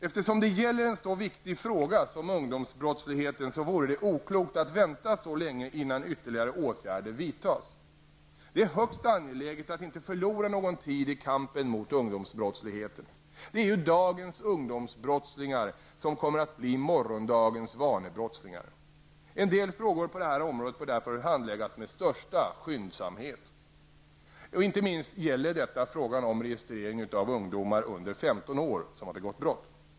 Eftersom det gäller en så viktig fråga som ungdomsbrottsligheten vore det oklokt att vänta så länge innan ytterligare åtgärder vidtas. Det är högst angeläget att inte förlora någon tid i kampen mot ungdomsbrottsligheten. Det är ju dagens ungdomsbrottslingar som kommer att bli morgondagens vanebrottslingar. En del frågor på det här området bör därför handläggas med största skyndsamhet. Inte minst gäller detta frågan om registrering av ungdomar under 15 år som begått brott.